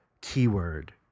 keyword